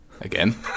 Again